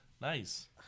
Nice